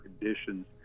conditions